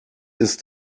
ist